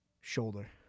Shoulder